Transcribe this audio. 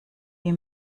wie